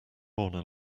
corner